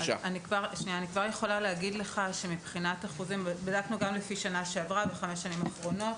אני כבר יכולה להגיד שבדקנו גם בשנה שעברה וגם בחמש השנים האחרונות,